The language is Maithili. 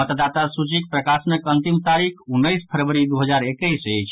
मतदाता सूचीक प्रकाशनक अंतिम तारीख उन्नैस फरवरी दू हजार एकैस अछि